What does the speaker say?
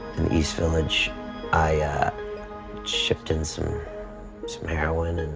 the east village i shipped in some some heroin